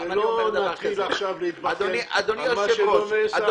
ולא נתחיל עכשיו להתבכיין על מה שלא נעשה.